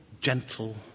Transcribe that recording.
gentle